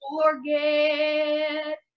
forget